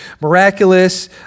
miraculous